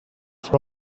for